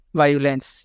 violence